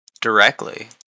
directly